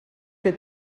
que